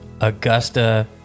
augusta